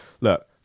Look